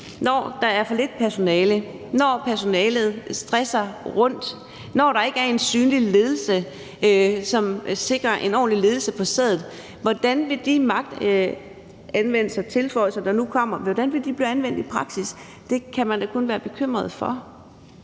når der er for lidt personale; når personalet stresser rundt; når der ikke er en synlig ledelse, som sikrer en ordentlig ledelse på stedet? Hvordan vil de øgede magtbeføjelser, der nu kommer, blive anvendt i praksis? Det kan man da kun være bekymret for.